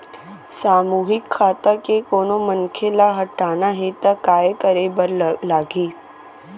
सामूहिक खाता के कोनो मनखे ला हटाना हे ता काय करे बर लागही?